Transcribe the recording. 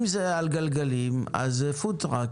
אם זה על גלגלים אז זה פוד-טראק.